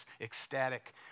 ecstatic